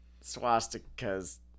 swastika's